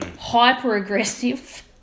hyper-aggressive